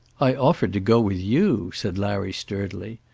i offered to go with you, said larry sturdily.